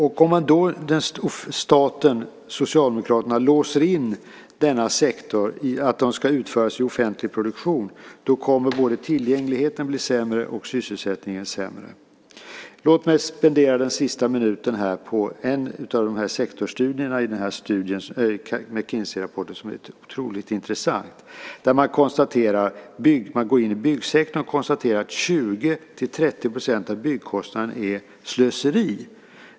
Om staten, Socialdemokraterna, låser in denna sektor i att tjänsterna ska utföras i offentlig produktion kommer både tillgängligheten och sysselsättningen att bli sämre. Låt mig ägna den sista talarminuten här åt en av sektorsstudierna i McKinseyrapporten som är otroligt intressant. Man konstaterar att inom byggsektorn är 20-30 % av byggkostnaderna slöseri.